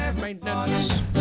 Maintenance